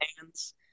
hands